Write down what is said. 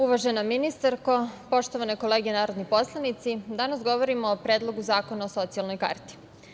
Uvažena ministarko, poštovane kolege narodni poslanici, danas govorimo o Predlogu zakona o socijalnoj karti.